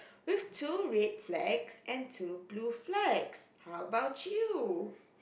with two red flags and two blue flags how about you